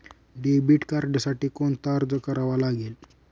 Debit कार्डसाठी कोणता अर्ज करावा लागेल?